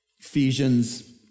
Ephesians